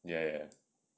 ya ya